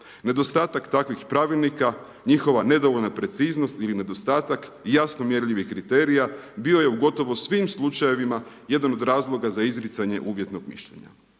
Nedostatak takvih pravilnika, njihova nedovoljna preciznost ili nedostatak jasno mjerljivih kriterija bio je u gotovo svim slučajevima jedan od razloga za izricanje uvjetnog mišljenja.